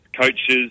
coaches